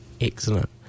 Excellent